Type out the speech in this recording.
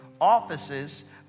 offices